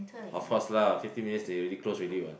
of course lah fifteen minutes they already close already what